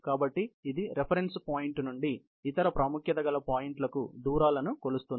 కాబట్టి ఇది reference point నుండి ఇతర ప్రాముఖ్యత గల పాయింట్లకు దూరాలను కొలుస్తుంది